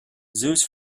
zoos